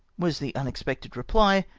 was the unexpected reply,